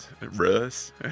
Russ